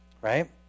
right